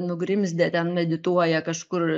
nugrimzdę ten medituoja kažkur